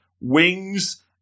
wings